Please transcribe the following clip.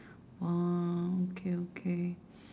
orh okay okay